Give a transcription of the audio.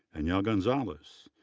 and gonzalez,